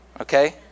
Okay